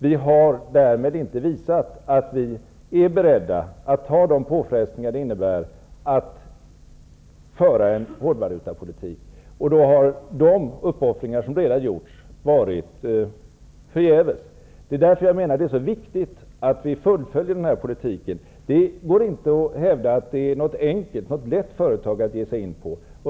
Vi har därmed inte visat att vi är beredda att ta de påfrestningar det innebär att föra en hårdvalutapolitik, och då har de uppoffringar som redan gjorts varit förgäves. Det är därför det är så viktigt att vi fullföljer den här politiken. Det går inte att hävda att det är något lätt företag att ge sig in på.